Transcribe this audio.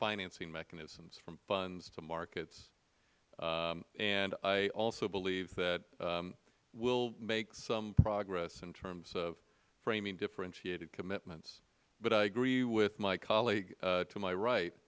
financing mechanisms from funds to markets i also believe that we will make some progress in terms of framing differentiated commitments but i agree with my colleague to my right